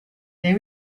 they